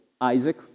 Isaac